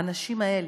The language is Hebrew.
האנשים האלה,